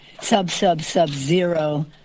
sub-sub-sub-zero